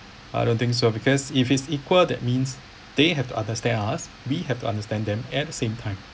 I don't think so because if it's equal that means they have to understand us we have to understand them at the same time